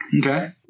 Okay